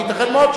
וייתכן מאוד,